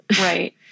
Right